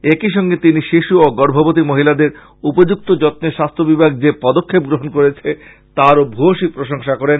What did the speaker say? একই সঙ্গে তিনি শিশু ও গর্ভবতী মহিলাদের উপযুক্ত যত্নে স্বাস্থ্য বিভাগ যে পদক্ষেপ গ্রহণ করেছে তারও ভুয়সী প্রশংসা করেন